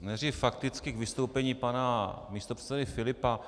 Nejdřív fakticky k vystoupení pana místopředsedy Filipa.